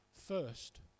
First